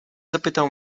zapytał